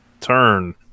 Turn